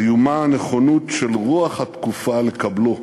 איומה הנכונות של רוח התקופה לקבלו.